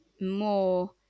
more